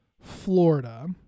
Florida